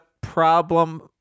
problem